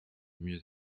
mieux